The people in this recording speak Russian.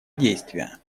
действия